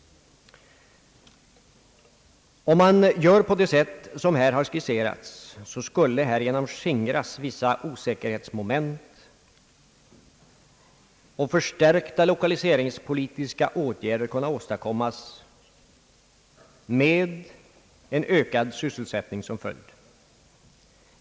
Om de åtgärder vidtages som i motionerna har skisserats, skulle härigenom vissa osäkerhetsmoment skingras och förstärkta lokaliseringspolitiska insatser kunna åstadkommas med en ökad sysselsättning som följd.